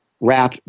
wrap